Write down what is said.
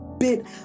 bit